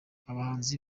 abahanzi